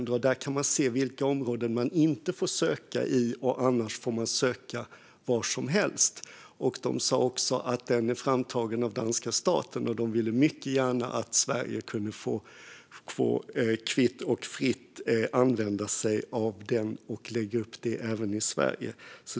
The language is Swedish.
Där kan man se vilka områden man inte får söka i - annars får man söka var som helst. De sa att denna är framtagen av danska staten, och de ville mycket gärna att Sverige fritt skulle kunna få använda sig av den och att man skulle kunna lägga upp den även i Sverige.